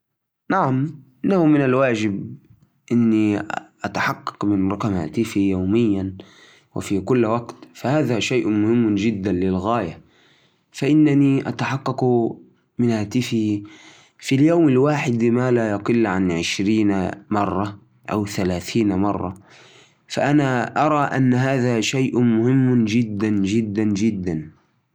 أتفقد هاتفي حوالي عشرين إلى ثلاثين مرة كل يوم. في البداية أستخدمه عشان أتأكد من الرسائل والإشعارات المهمة. بعدين، أستعرض الأخبار أو أسمع بعض الموسيقى. كمان أحب استخدم التطبيقات المختلفه مثل وسائل التواصل الاجتماعي عشان أتابع اصدقائي وأشوف وش يسوّن.